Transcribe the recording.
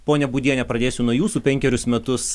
ponia budiene pradėsiu nuo jūsų penkerius metus